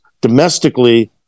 domestically